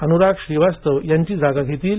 अनुराग श्रीवास्तव यांची ते जागा घेतील